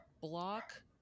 block